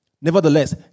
Nevertheless